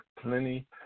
plenty